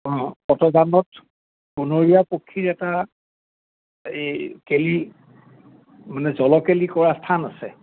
অঁ সতজানত বনৰীয়া পক্ষীৰ এটা এই কেলি মানে জলকেলি কৰা স্থান আছে